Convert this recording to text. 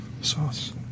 sauce